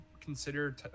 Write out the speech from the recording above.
consider